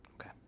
Okay